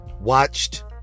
watched